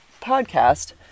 podcast